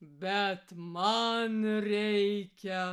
bet man reikia